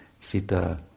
Sita